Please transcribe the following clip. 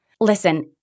Listen